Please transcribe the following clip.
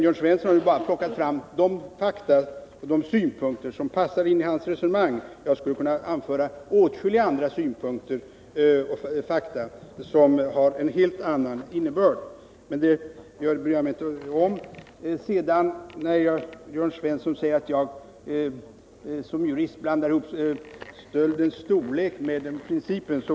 Jörn Svensson har bara plockat fram de fakta och synpunkter som passar in i hans resonemang. Jag skulle kunna anföra åtskilliga andra fakta och synpunkter med en helt annan innebörd, men det bryr jag mig inte om. Jörn Svensson säger att jag som jurist blandar ihop stöldens storlek med principen.